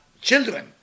children